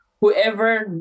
Whoever